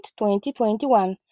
2021